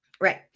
Right